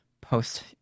post